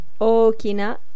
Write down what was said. Okina